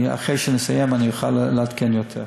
אחרי שנסיים אני אוכל לעדכן יותר.